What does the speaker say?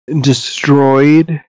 destroyed